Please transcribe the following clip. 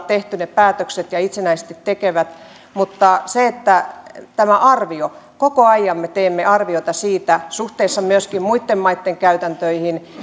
tehty virkamiespuolella ja he itsenäisesti tekevät mutta tämä arvio koko ajan me teemme arviota siitä suhteessa myöskin muitten maitten käytäntöihin